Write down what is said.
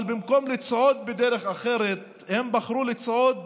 אבל במקום לצעוד בדרך אחרת הם בחרו לצעוד